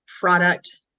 product